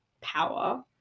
power